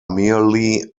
merely